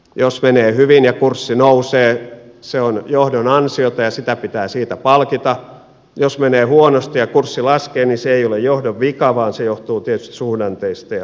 jos menee hyvin ja kurssi nousee se on johdon ansiota ja sitä pitää siitä palkita jos menee huonosti ja kurssi laskee niin se ei ole johdon vika vaan se johtuu tietysti suhdanteista ja markkinoista